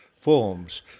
forms